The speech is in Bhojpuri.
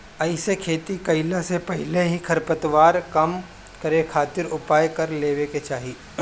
एहिसे खेती कईला से पहिले ही खरपतवार कम करे खातिर उपाय कर लेवे के चाही